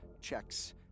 checks